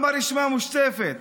גם הרשימה המשותפת,